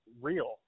real